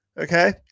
Okay